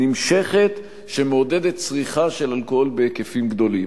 נמשכת, שמעודדת צריכה של אלכוהול בהיקפים גדולים.